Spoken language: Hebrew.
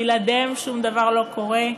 בלעדיהן שום דבר לא קורה.